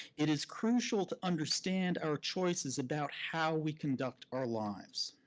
it is crucial to understand our choices about how we conduct our lives.